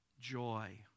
joy